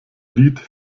lied